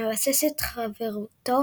מבסס את חברותו